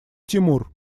тимур